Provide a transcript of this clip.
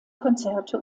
konzerte